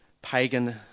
pagan